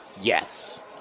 Yes